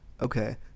Okay